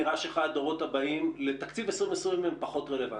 בדורות הבאים לגבי תקציב 2020 היא פחות רלוונטית.